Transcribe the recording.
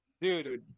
dude